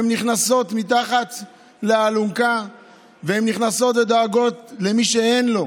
הן נכנסות מתחת לאלונקה ודואגות למי שאין לו.